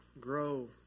grow